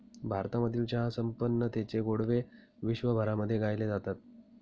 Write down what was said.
भारतामधील चहा संपन्नतेचे गोडवे विश्वभरामध्ये गायले जातात